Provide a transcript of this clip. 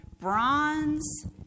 bronze